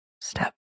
step